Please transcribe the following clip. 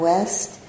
West